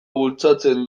bultzatzen